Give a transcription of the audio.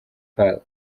pariki